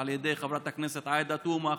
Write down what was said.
על ידי חברת הכנסת עאידה תומא,